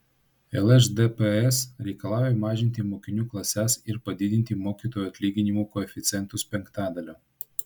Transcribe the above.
lšdps reikalauja mažinti mokinių klases ir padidinti mokytojų atlyginimų koeficientus penktadaliu